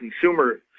consumer